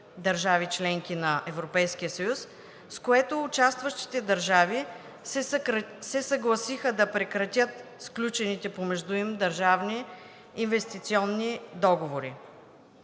съюз, с което участващите държави се съгласиха да прекратят сключените помежду им двустранни инвестиционни договори.